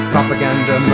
Propaganda